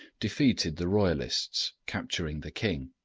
defeated the royalists, capturing the king.